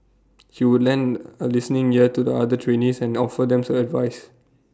he would lend A listening ear to the other trainees and offer them advice